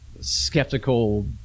skeptical